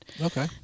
okay